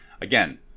again